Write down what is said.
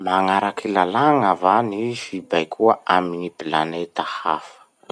Magnaraky lalàna va gny fibaikoa amy gny planeta hafa?